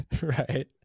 Right